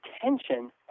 attention